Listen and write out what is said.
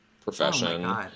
profession